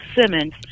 Simmons